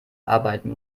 arbeiten